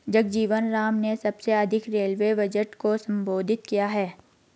जगजीवन राम ने सबसे अधिक रेलवे बजट को संबोधित किया है